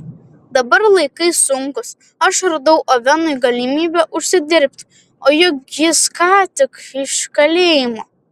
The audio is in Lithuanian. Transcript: dabar laikai sunkūs aš radau ovenui galimybę užsidirbti o juk jis ką tik iš kalėjimo